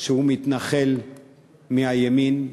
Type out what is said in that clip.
שהוא מתנחל מהימין,